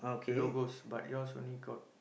logos but yours only got